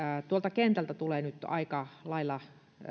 kentältä tulee nyt aika lailla